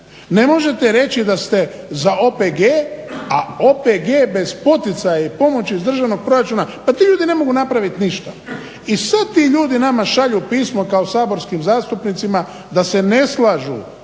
Ne možete reći da ste za OPG, a OPG bez poticaja i pomoći iz državnog proračuna pa ti ljudi ne mogu napraviti ništa. I sad ti ljudi nama šalju pismo kao saborskim zastupnicima da se ne slažu